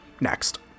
Next